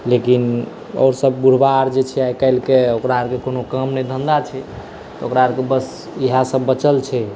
लेकिन आओर सभ बुढ़बा आर जे छै आइकाल्हि के ओकरा नहि कोनो काम नहि धन्धा छै तऽ ओकरा आरके बस इएह सभ बचल छै